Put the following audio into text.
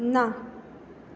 ना